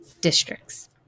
districts